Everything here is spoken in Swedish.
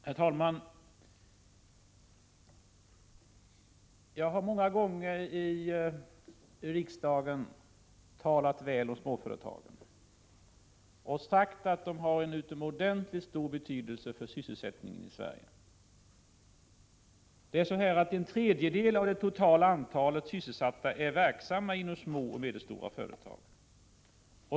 Herr talman! Jag har många gånger i riksdagen talat väl om småföretagen och sagt att de har en utomordentligt stor betydelse för sysselsättningen i Sverige. En tredjedel av det totala antalet sysselsatta är verksamma inom små och medelstora företag.